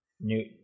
New